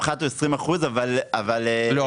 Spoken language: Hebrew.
הפחת הוא 20%. לא,